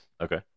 Okay